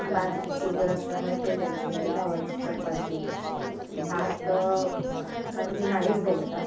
बाजरीत शुगर असल्यामुळे ते द्यायची नाही गव्हाची चपाती भात अगदी नाहीच द्यायचा